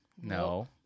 No